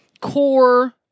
core